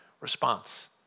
response